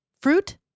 fruit